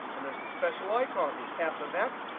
and there's a special icon, the f of x.